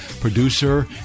producer